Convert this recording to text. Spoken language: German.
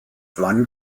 wann